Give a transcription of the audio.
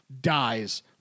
dies